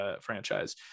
franchise